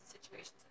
situations